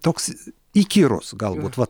toks įkyrus galbūt va